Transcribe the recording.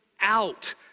out